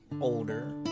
older